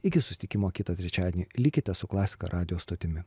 iki susitikimo kitą trečiadienį likite su klasika radijo stotimi